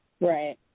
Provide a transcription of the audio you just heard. Right